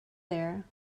there